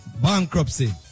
bankruptcy